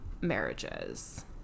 marriages